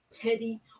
petty